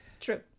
True